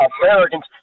Americans